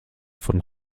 von